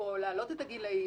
או להעלות את הגילאים.